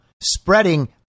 spreading